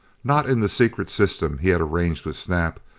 not in the secret system he had arranged with snap,